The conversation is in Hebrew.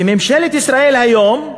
וממשלת ישראל היום,